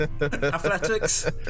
Athletics